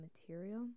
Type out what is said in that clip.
material